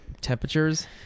temperatures